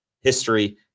history